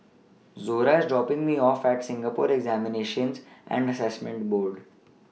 Zora IS dropping Me off At Singapore Examinations and Assessment Board